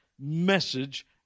message